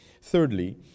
Thirdly